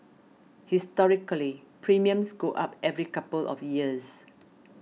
historically premiums go up every couple of years